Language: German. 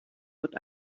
wird